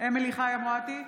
אמילי חיה מואטי,